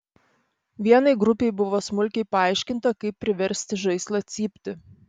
vienai grupei buvo smulkiai paaiškinta kaip priversti žaislą cypti